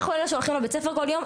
אנחנו אלה שהולכים לבית הספר כל יום,